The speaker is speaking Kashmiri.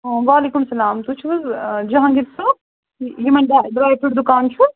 آ وعلیکُم سلام تُہۍ چھُو حظ جہانگیٖر صٲب یِمَن ڈر ڈرٛے فرٛوٗٹ دُکان چھُ